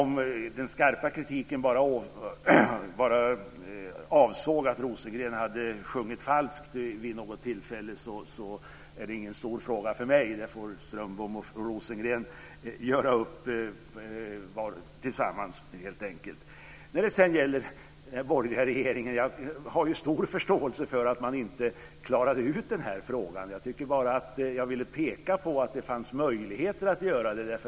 Om den skarpa kritiken bara avsåg att Rosengren hade sjungit falsk vid något tillfälle är det ingen stor fråga för mig. Det får Rosengren och Strömbom göra upp om. Jag har stor förståelse för att den borgerliga regeringen inte klarade ut den här frågan. Men jag ville bara peka på att det fanns möjlighet att göra det.